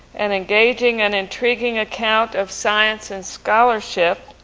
an engaging an intriguing account of science and scholarship,